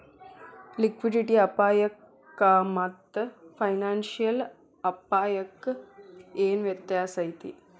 Liquidity ಅಪಾಯಕ್ಕಾಮಾತ್ತ financial ಅಪ್ಪಾಯಕ್ಕ ಏನ್ ವ್ಯತ್ಯಾಸೈತಿ?